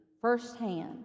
firsthand